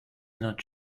not